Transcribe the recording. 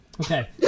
Okay